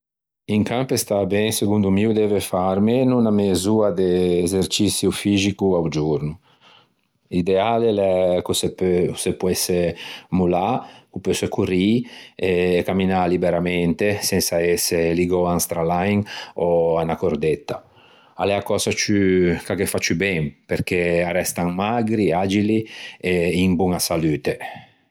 Un can, pe stâ ben, segondo mi o deve fâ armeno unna mez'oa de eserciçio fixico a-o giorno. L'ideale l'é ch'o se peu, o se poesse mollâ, o pòsse corrî e camminâ liberamente sensa ëse ligou à un stralain o à unna cordetta. A l'é a cösa ciù, ch'a ghe fa ciù ben perché arrestan magri, agili e in boña salute.